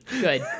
good